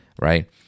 right